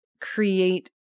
create